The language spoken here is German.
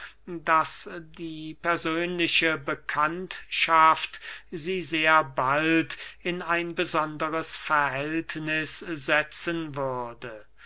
daß die persönliche bekanntschaft sie sehr bald in ein besonderes verhältniß setzen würde